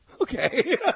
Okay